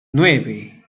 nueve